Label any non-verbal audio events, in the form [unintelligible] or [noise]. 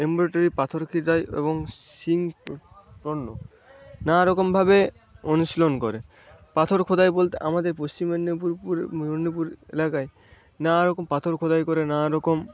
embroidery পাথর খোদাই এবং শিং উৎপন্ন নানারকমভাবে অনুশীলন করে পাথর খোদাই বলতে আমাদের পশ্চিম মেদনীপুর [unintelligible] মেদনীপুর এলাকায় নানারকম পাথর খোদাই করে নানারকম